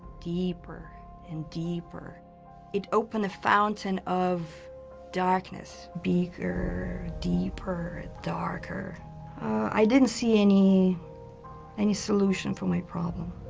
deeper and deeper it opened a fountain of darkness bigger deeper darker i didn't see any any solution for my, problem